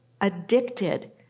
addicted